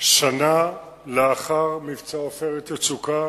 שנה לאחר מבצע "עופרת יצוקה",